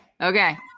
Okay